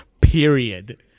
Period